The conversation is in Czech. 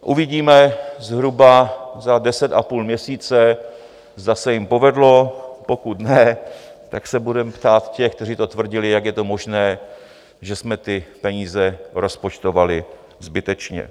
Uvidíme zhruba za deset a půl měsíce, zda se jim povedlo, pokud ne, tak se budeme ptát těch, kteří to tvrdili, jak je to možné, že jsme ty peníze rozpočtovali zbytečně.